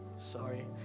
Sorry